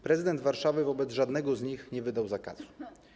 Prezydent Warszawy wobec żadnego z nich nie wydał zakazu.